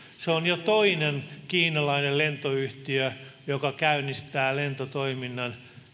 se on jo toinen kiinalainen lentoyhtiö joka käynnistää lentotoiminnan